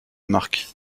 marque